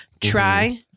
try